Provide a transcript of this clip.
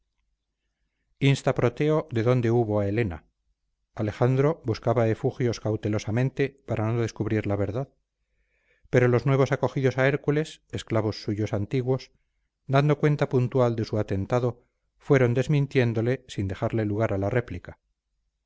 insta proteo de dónde hubo a helena alejandro buscaba efugios cautelosamente para no descubrir la verdad pero los nuevos acogidos a hércules esclavos suyos antiguos dando cuenta puntual de su atentado fueron desmintiéndole sin dejarle lugar a la réplica